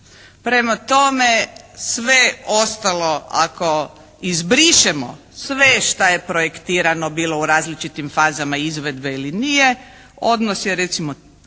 Prema tome, sve ostalo ako izbrišemo sve šta je projektirano bilo u različitim fazama izvedbe ili nije odnos je recimo